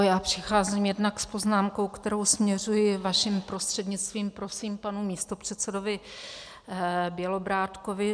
Já přicházím jednak s poznámkou, kterou směřuji, vaším prostřednictvím prosím, k panu místopředsedovi Bělobrádkovi.